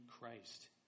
christ